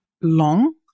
long